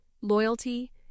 loyalty